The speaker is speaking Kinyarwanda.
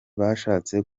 bashatse